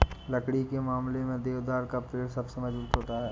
लकड़ी के मामले में देवदार का पेड़ सबसे मज़बूत होता है